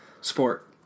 sport